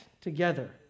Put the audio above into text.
together